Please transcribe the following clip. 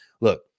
Look